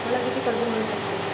मला किती कर्ज मिळू शकते?